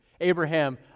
Abraham